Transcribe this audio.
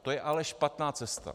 To je ale špatná cesta.